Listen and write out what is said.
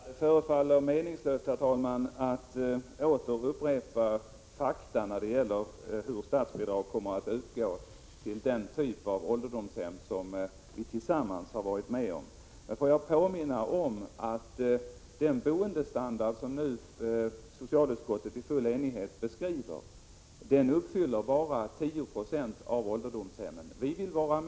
Herr talman! Det förefaller meningslöst att åter upprepa fakta om hur statsbidrag kommer att utgå till den typ av ålderdomshem som vi tillsammans har varit med om att föreslå. Får jag påminna om att bara 10 76 av ålderdomshemmen håller den boendestandard som socialutskottet i full enighet beskriver. Med det beslut som nu har fattats i socialutskottet vill vi — Prot.